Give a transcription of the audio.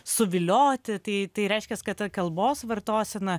suvilioti tai tai tai reiškias kad ta kalbos vartosena